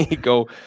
go